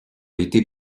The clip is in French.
été